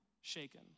shaken